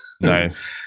Nice